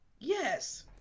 Yes